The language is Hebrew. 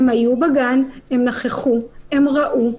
הן היו בגן, נכחו וראו,